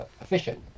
efficient